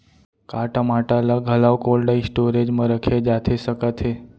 का टमाटर ला घलव कोल्ड स्टोरेज मा रखे जाथे सकत हे?